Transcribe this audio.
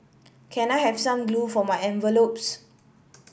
can I have some glue for my envelopes